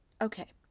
Okay